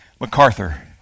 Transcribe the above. MacArthur